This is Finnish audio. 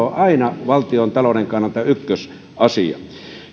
on aina valtiontalouden kannalta ykkösasia